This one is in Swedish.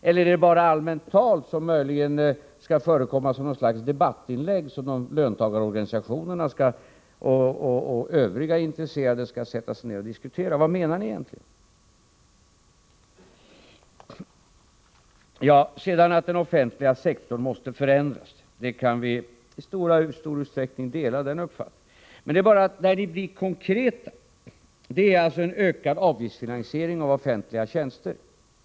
Eller är det bara allmänt tal som möjligen skall förekomma som ett slags debattinlägg som löntagarorganisationerna och övriga intresserade skall sätta sig ner och diskutera? Vad menar ni egentligen? Uppfattningen att den offentliga sektorn måste förändras kan vi i stor utsträckning dela. Men när ni blir konkreta, då gäller det ökad avgiftsfinansiering av offentliga tjänster.